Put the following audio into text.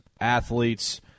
athletes